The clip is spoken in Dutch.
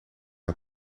had